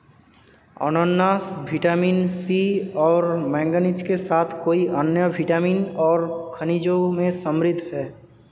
अनन्नास vitamin C और manganese के साथ कई अन्य विटामिन और खनिजों में समृद्ध हैं